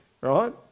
right